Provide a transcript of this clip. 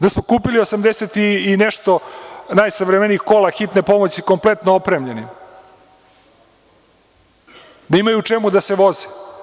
Da smo kupili osamdeset i nešto najsavremenijih kola hitne pomoći kompletno opremljenih da imaju u čemu da se voze.